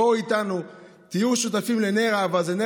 ועל פיה אנחנו הולכים, זה נר לרגלנו.